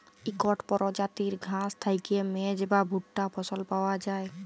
ইকট পরজাতির ঘাঁস থ্যাইকে মেজ বা ভুট্টা ফসল পাউয়া যায়